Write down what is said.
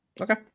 Okay